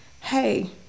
hey